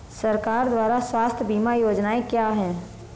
सरकार द्वारा स्वास्थ्य बीमा योजनाएं क्या हैं?